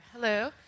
Hello